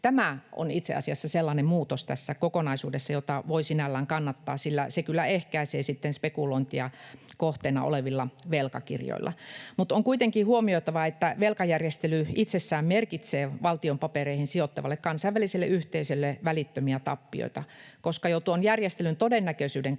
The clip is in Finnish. tämä on itse asiassa sellainen muutos tässä kokonaisuudessa, jota voi sinällään kannattaa, sillä se kyllä ehkäisee sitten spekulointia kohteena olevilla velkakirjoilla. Mutta on kuitenkin huomioitava, että velkajärjestely itsessään merkitsee valtion papereihin sijoittavalle kansainväliselle yhteisölle välittömiä tappioita, koska jo tuon järjestelyn todennäköisyyden kasvu